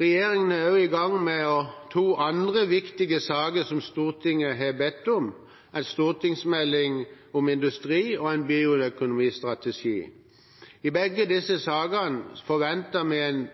Regjeringen er også i gang med to andre viktige saker som Stortinget har bedt om, en stortingsmelding om industri og en bioøkonomistrategi. I begge disse sakene forventer vi